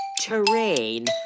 terrain